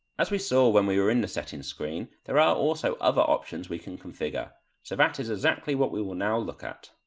as we saw when we were in the settings screen, there are also other options that we can configure so that is exactly what we will now look at.